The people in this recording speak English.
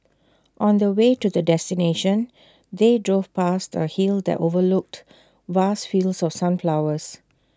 on the way to the destination they drove past A hill that overlooked vast fields of sunflowers